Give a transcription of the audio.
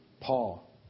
Paul